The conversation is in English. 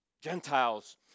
Gentiles